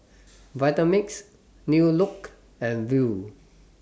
Vitamix New Look and Viu